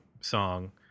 song